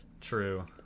true